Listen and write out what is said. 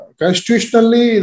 constitutionally